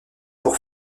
pour